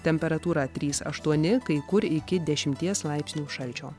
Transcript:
temperatūra trys aštuoni kai kur iki dešimties laipsnių šalčio